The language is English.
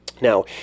Now